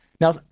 Now